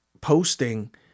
posting